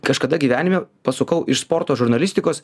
kažkada gyvenime pasukau iš sporto žurnalistikos